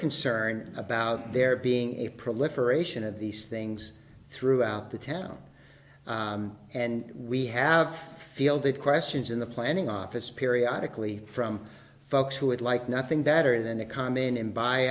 concerned about there being a proliferation of these things throughout the town and we have fielded questions in the planning office periodically from folks who would like nothing better than a calm in and buy